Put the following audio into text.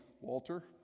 Walter